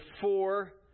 four